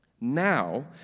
now